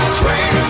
train